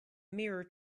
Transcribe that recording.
mirror